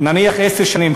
נניח עשר שנים,